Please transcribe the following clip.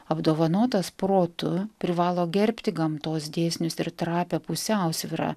apdovanotas protu privalo gerbti gamtos dėsnius ir trapią pusiausvyrą